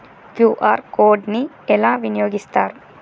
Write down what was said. QR code ని ఎలా వినియోగిస్తారు?